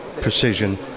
precision